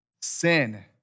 Sin